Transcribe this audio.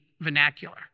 vernacular